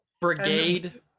Brigade